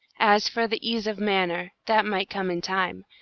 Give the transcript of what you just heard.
as for the ease of manner, that might come in time,